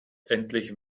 endlich